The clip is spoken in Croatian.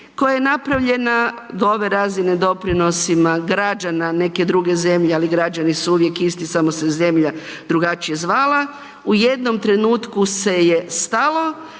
koja je napravljena do ove razine doprinosima građana neke druge zemlje, ali građani su uvijek isti samo se zemlja drugačije zvala. U jednom trenutku se je stalo,